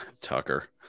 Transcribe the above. Tucker